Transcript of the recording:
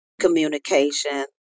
communication